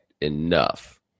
enough